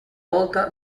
volta